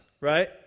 right